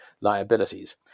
liabilities